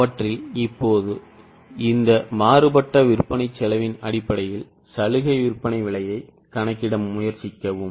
அவற்றில் இப்போது இந்த மாறுபட்ட விற்பனை செலவின் அடிப்படையில் சலுகை விற்பனை விலையை கணக்கிட முயற்சிக்கவும்